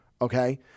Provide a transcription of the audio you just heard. Okay